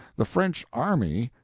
the french army.